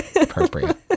appropriate